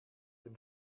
den